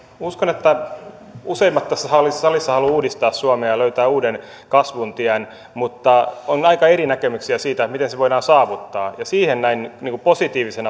uskon että useimmat tässä salissa salissa haluavat uudistaa suomea ja löytää uuden kasvun tien mutta on aika eri näkemyksiä siitä miten se voidaan saavuttaa siihen näen positiivisena